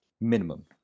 minimum